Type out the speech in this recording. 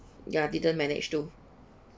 ya didn't manage to